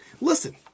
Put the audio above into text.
Listen